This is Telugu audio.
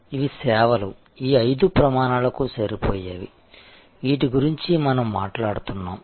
ఇవి సేవలు ఈ ఐదు ప్రమాణాలకు సరిపోయేవి వీటి గురించి మనం మాట్లాడుతున్నాము